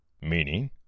Meaning